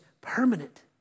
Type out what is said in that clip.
permanent